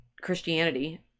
Christianity